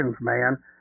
man